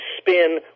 spin